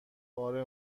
بار